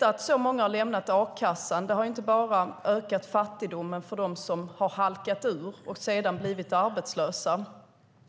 Att så många lämnat a-kassan har inte bara ökat fattigdomen för dem som halkat ur och sedan blivit arbetslösa,